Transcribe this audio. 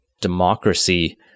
democracy